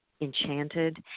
enchanted